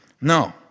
No